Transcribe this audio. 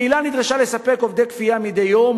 הקהילה נדרשה לספק עובדי כפייה מדי יום,